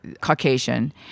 Caucasian